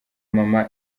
mama